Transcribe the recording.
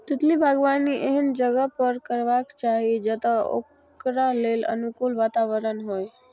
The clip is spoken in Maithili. तितली बागबानी एहन जगह पर करबाक चाही, जतय ओकरा लेल अनुकूल वातावरण होइ